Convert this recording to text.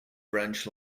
branch